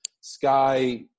sky